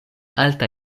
alta